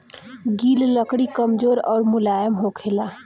गिल लकड़ी कमजोर अउर मुलायम होखेला